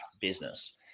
business